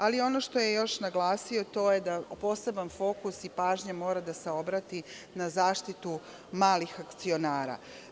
Ali, ono što je još naglasio, to je da poseban fokus i pažnja mora da se obrati na zaštitu malih akcionara.